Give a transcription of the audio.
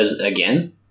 again